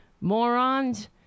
morons